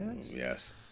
Yes